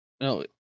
No